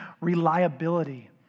reliability